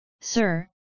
sir